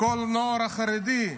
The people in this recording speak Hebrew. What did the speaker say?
לכל הנוער החרדי: